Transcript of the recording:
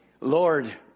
Lord